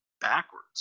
backwards